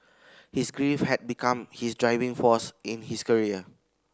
his grief had become his driving force in his career